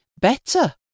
better